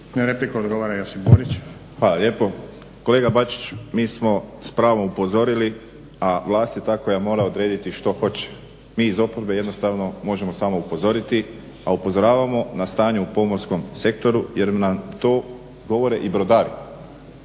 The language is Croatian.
Hvala lijepo. Kolega Bačić, mi smo s pravom upozorili, a vlast je ta koja mora odrediti što hoće. Mi iz oporbe jednostavno možemo samo upozoriti, a upozoravamo na stanje u pomorskom sektoru jer nam to govore i brodari.